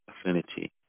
affinity